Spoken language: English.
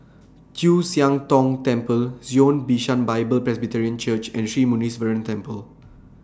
Chu Siang Tong Temple Zion Bishan Bible Presbyterian Church and Sri Muneeswaran Temple